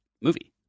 movie